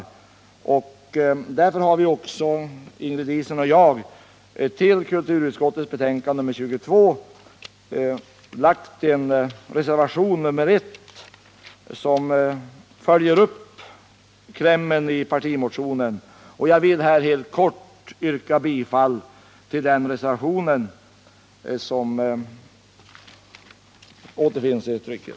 Mot denna bakgrund har Ingrid Diesen och jag till kulturutskottets betänkande nr 22 fogat en reservation, nr 1, som följer upp klämmen i partimotionen, och jag vill här helt kort yrka bifall till den reservationen, som alltså återfinns i trycket.